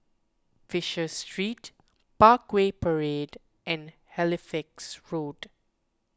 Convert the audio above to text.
Fisher Street Parkway Parade and Halifax Road